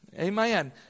Amen